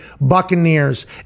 Buccaneers